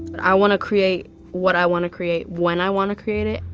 but i want to create what i want to create when i want to create it.